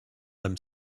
them